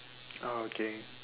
ah okay